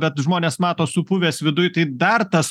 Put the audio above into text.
bet žmonės mato supuvęs viduj tai dar tas